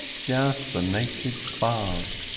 just the naked spars.